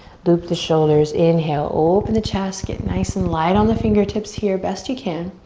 loop the shoulders inhale, open the chest, get nice and light on the fingertips here, best you can.